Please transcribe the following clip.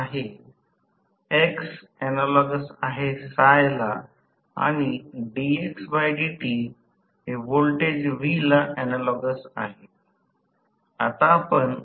तर या प्रकरणात आपण काय करतो टॉर्क स्लिप वैशिष्ट्यासाठी अभिव्यक्ती सहजपणे आकृती १२ मधील डाव्या बाजूला सर्किट च्या समांतर शोधू शकतो